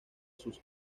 sus